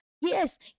Yes